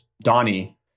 Donnie